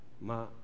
ma-